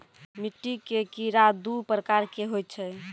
मिट्टी के कीड़ा दू प्रकार के होय छै